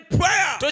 prayer